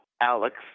Alex